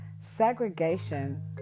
Segregation